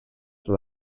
sur